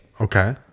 Okay